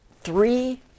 three